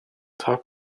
tag